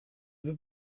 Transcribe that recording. that